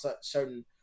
certain